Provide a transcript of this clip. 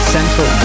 Central